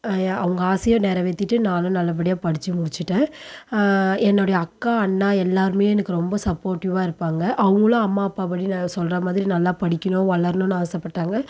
அவங்க ஆசையை நெறைவேத்திட்டு நானும் நல்லபடியாக படித்து முடிச்சுட்டேன் என்னுடைய அக்கா அண்ணா எல்லோருமே எனக்கு ரொம்ப சப்போட்டிவாக இருப்பாங்க அவங்களும் அம்மா அப்பா படி நான் சொல்கிற மாதிரி நல்லா படிக்கணும் வளரணும்னு ஆசைப்பட்டாங்க